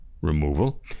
removal